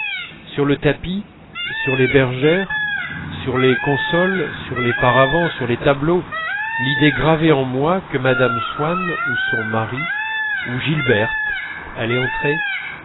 sur le tapis sur les bergères sur les consoles sur les paravents sur les tableaux l'idée gravée en moi que mme swann ou son mari ou gilberte allaient entrer